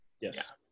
Yes